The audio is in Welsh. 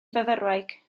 fyfyrwraig